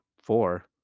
four